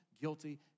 Guilty